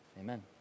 Amen